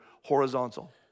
horizontal